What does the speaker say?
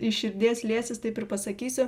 iš širdies liesis taip ir pasakysiu